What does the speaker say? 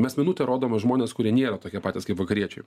mes minutę rodom žmones kurie nėra tokie patys kaip vakariečiai